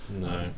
No